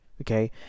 okay